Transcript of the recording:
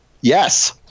Yes